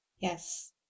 Yes